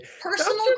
personal